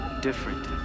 Different